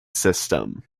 system